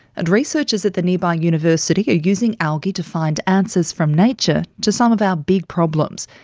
and researchers at the nearby university are using algae to find answers from nature to some of our big problems.